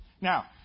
Now